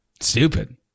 Stupid